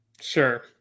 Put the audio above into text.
sure